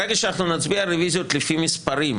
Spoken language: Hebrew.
ברגע שאנחנו נצביע על רוויזיות לפי מספרים,